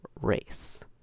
race